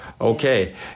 Okay